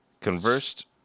conversed